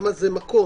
למה זה מקום?